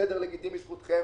בסדר, לגיטימי, זכותכם.